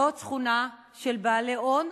לא עוד שכונה של בעלי הון,